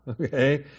okay